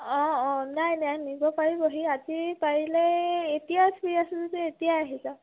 অঁ অঁ নাই নাই নিব পাৰিবহি আজি পাৰিলে এতিয়াই ফ্ৰী আছে যদি এতিয়াই আহি যাওক